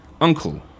Uncle